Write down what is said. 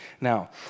Now